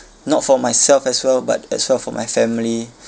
not for myself as well but as well for my family